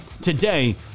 today